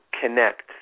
connect